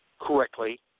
correctly